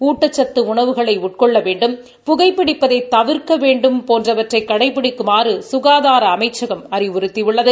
ஊட்டச்சத்து உணவுகளை உட்கொள்ள வேண்டும் புகைப்பிடிப்பதை தவிர்க்க வேண்டும் உள்ளிட்டவற்றை கடைபிடிக்குமாறு சுகாதார அமைச்சகம் அறிவுறுத்தியுள்ளது